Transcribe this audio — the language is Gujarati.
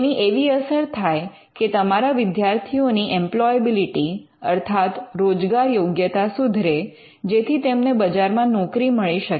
તેની એવી અસર થાય કે તમારા વિદ્યાર્થીઓની ઇમ્પ્લોયાબીલિટી અર્થાત રોજગાર યોગ્યતા સુધરે જેથી તેમને બજારમાં નોકરી મળી શકે